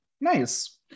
Nice